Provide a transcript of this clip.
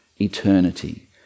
eternity